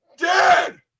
dead